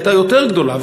הייתה יותר גדולה,